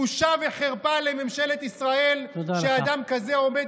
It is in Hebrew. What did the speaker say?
בושה וחרפה לממשלת ישראל שאדם כזה עומד